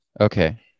okay